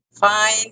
Fine